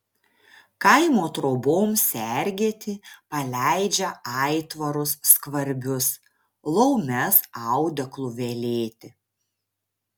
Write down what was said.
kaimo troboms sergėti paleidžia aitvarus skvarbius laumes audeklų velėti